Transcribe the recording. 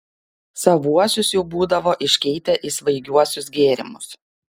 savuosius jau būdavo iškeitę į svaigiuosius gėrimus